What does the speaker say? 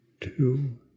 two